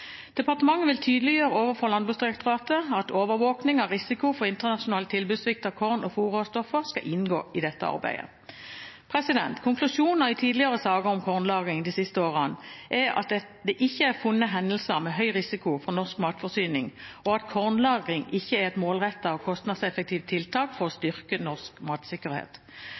Departementet vil tydeliggjøre overfor Landbruksdirektoratet at overvåking av risiko for internasjonal tilbudssvikt av korn og fôrråstoffer skal inngå i dette arbeidet. Konklusjoner i tidligere saker om kornlagring de siste årene er at det ikke er funnet hendelser med høy risiko for norsk matforsyning, og at kornlagring ikke er et målrettet og kostnadseffektivt tiltak for å styrke norsk matsikkerhet.